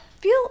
feel